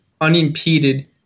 unimpeded